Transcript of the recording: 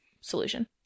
solution